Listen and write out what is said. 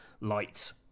light